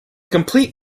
complete